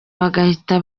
bagahita